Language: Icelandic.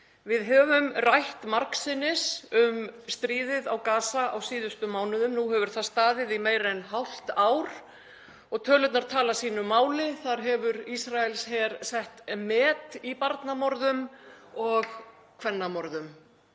Við höfum margsinnis rætt um stríðið á Gaza á síðustu mánuðum. Nú hefur það staðið í meira en hálft ár og tölurnar tala sínu máli. Þar hefur Ísraelsher sett met í barna- og kvennamorðum,